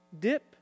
Dip